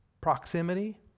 proximity